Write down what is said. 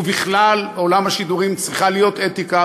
ובכלל בעולם השידורים צריכה להיות אתיקה,